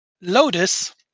Lotus